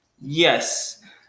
Yes